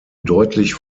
deutlich